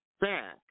back